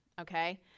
okay